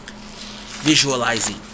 visualizing